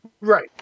Right